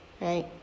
Right